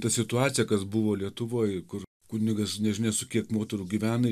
ta situacija kas buvo lietuvoj kur kunigas nežinia su kiek moterų gyvena